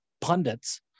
pundits